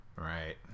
Right